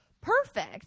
perfect